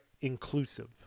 inclusive